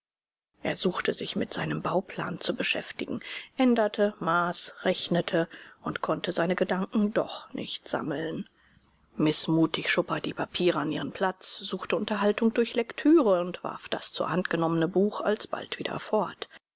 er suchte sich mit seinem bauplan zu beschäftigen änderte maß rechnete und konnte seine gedanken doch nicht sammeln mißmutig schob er die papiere an ihren platz suchte unterhaltung durch lektüre und warf das zur hand genommene buch alsbald wieder fort